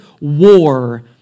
war